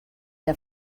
der